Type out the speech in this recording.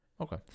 Okay